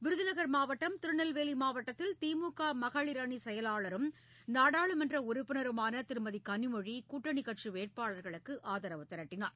விருதுநகர் மாவட்டம் திருநெல்வேலி மாவட்டத்தில் திமுக மகளிரணி செயலாளரும் நாடாளுமன்ற உறுப்பினருமான திருமதி கனிமொழி கூட்டணிக்கட்சி வேட்பாளர்களுக்கு ஆதரவு திரட்டினார்